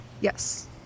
yes